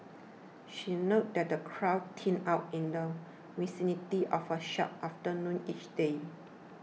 she noted that the crowds thin out in the vicinity of her shop after noon each day